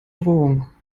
drohung